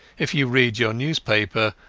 if you read your newspaper,